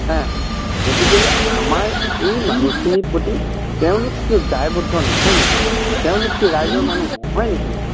হে গতিকেলে আমাৰ এই মানুহখিনিৰ প্ৰতি তেওঁলোক কি দায়বদ্ধ নহয় নেকি তেওঁলোক কি ৰাইজৰ মানুহ নহয় নেকি